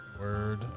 Word